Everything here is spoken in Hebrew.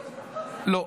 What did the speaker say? לא.